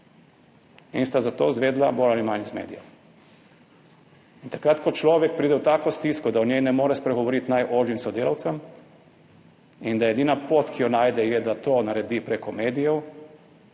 in sta za to izvedela bolj ali manj iz medijev. In takrat, ko človek pride v tako stisko, da o njej ne more spregovoriti najožjim sodelavcem in da je edina pot, ki jo najde, da to naredi preko medijev,